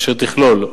אשר תכלול: